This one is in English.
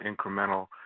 incremental